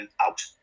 out